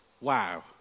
Wow